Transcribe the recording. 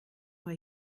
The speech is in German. vor